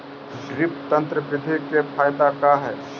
Drip तन्त्र बिधि के फायदा का है?